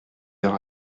heure